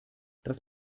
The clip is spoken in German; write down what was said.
das